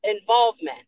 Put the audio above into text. involvement